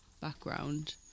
background